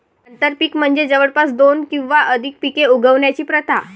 आंतरपीक म्हणजे जवळपास दोन किंवा अधिक पिके उगवण्याची प्रथा